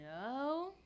no